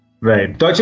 Right